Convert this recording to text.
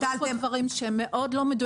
ביטלתם --- את אומרת פה דברים שהם מאוד לא מדויקים.